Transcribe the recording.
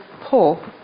poor